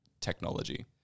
technology